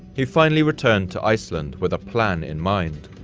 he finally returned to iceland with a plan in mind.